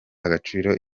agaciro